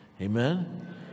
Amen